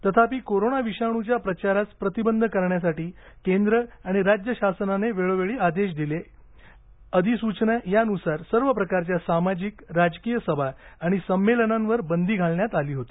तथापि कोरोना विषाणूच्या प्रसारास प्रतिबंध करण्यासाठी केंद्र आणि राज्य शासनाने वेळोवेळी दिलेले आदेश अधिसूचना यानुसार सर्व प्रकारच्या सामाजिक राजकीय सभा आणि संमेलनांवर बंदी घालण्यात आली होती